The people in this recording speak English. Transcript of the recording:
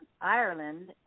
Ireland